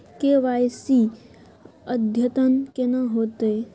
KYC अद्यतन केना होतै?